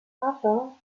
vater